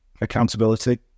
Accountability